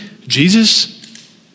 Jesus